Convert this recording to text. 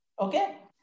Okay